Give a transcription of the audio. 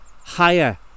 higher